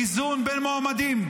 איזון בין המועמדים.